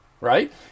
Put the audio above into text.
right